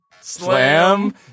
Slam